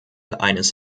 eines